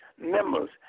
members